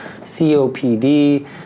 COPD